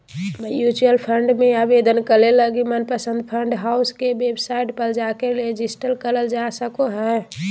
mutual fund मे आवेदन करे लगी मनपसंद फंड हाउस के वेबसाइट पर जाके रेजिस्टर करल जा सको हय